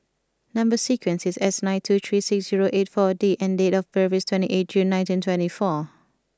number sequence is S nine two three six zero eight four D and date of birth is twenty eight June nineteen twenty four